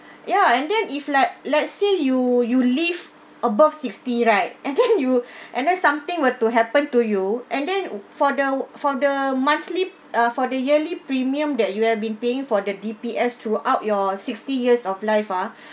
ya and then if like let's say you you live above sixty right and then you and then something were to happen to you and then for the for the monthly uh for the yearly premium that you have been paying for the D_P_S throughout your sixty years of life ah